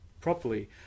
properly